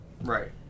right